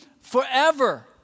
forever